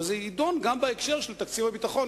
והוא יידון גם בהקשר של תקציב הביטחון,